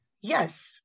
yes